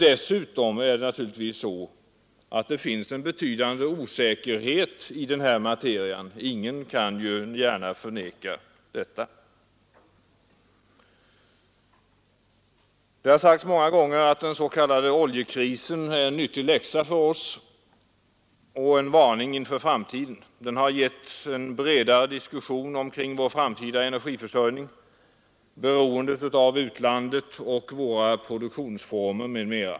Dessutom finns det naturligtvis en betydande osäkerhet i den här materian. Ingen kan gärna förneka detta. Det har sagts många gånger att den s.k. oljekrisen är en nyttig läxa för oss och en varning inför framtiden. Den har gett upphov till en bredare diskussion omkring vår framtida energiförsörjning, beroendet av utlandet och våra produktionsformer m.m.